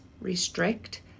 restrict